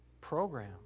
program